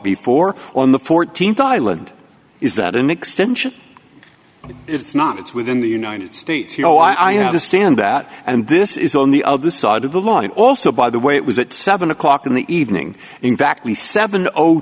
before on the th island is that an extension if it's not it's within the united states you know i have to stand that and this is on the other side of the line also by the way it was at seven o'clock in the evening in fact the seven o